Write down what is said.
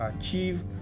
achieve